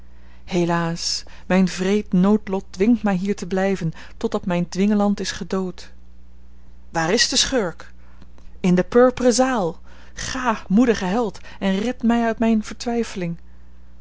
helaas mijn wreed noodlot dwingt mij hier te blijven totdat mijn dwingeland is gedood waar is de schurk in de purperen zaal ga moedige held en red mij uit mijn vertwijfeling